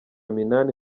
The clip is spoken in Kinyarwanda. minani